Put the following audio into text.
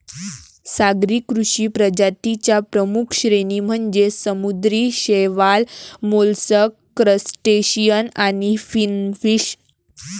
सागरी कृषी प्रजातीं च्या प्रमुख श्रेणी म्हणजे समुद्री शैवाल, मोलस्क, क्रस्टेशियन आणि फिनफिश